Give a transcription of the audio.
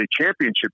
Championship